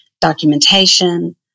documentation